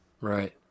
Right